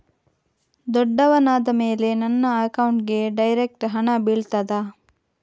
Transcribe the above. ದೊಡ್ಡವನಾದ ಮೇಲೆ ನನ್ನ ಅಕೌಂಟ್ಗೆ ಡೈರೆಕ್ಟ್ ಹಣ ಬೀಳ್ತದಾ?